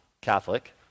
Catholic